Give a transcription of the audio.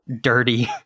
dirty